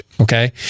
okay